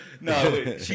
No